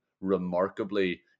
remarkably